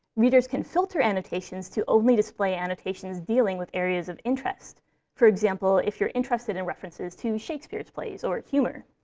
readers can filter annotations to only display annotations dealing with areas of interest for example, if you're interested in references to shakespeare's plays or humor.